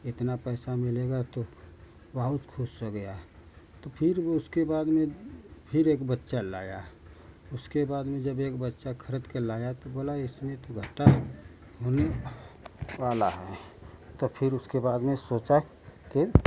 इतना पैसा मिलेगा तो बहुत ख़ुश हो गया तो फिर वह उसके बाद में फिर एक बच्चा लाया उसके बाद में जब एक बच्चा ख़रीद के लाया तो बोला इसमें तो घाटा है होने वाला है तो फिर उसके बाद में सोचा फिर